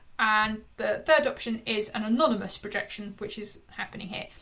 and the third option is an anonymous projection, which is happening here.